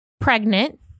pregnant